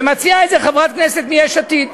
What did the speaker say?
ומציעה את זה חברת כנסת מיש עתיד,